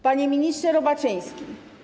Panie Ministrze Robaczyński!